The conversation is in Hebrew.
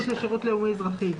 הרשות לשירות לאומי אזרחי.